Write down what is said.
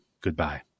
Goodbye